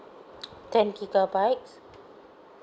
ten gigabytes